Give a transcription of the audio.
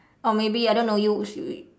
or maybe I don't know you s~ you